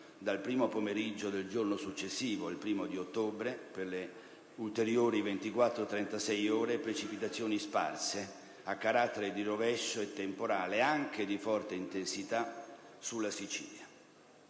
dal primo pomeriggio del giorno successivo (1° ottobre) e per le ulteriori 24-36 ore precipitazioni sparse a carattere di rovescio e temporale anche di forte intensità sulla Sicilia.